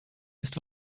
ist